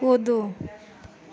कूदू